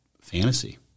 fantasy